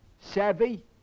Savvy